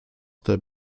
der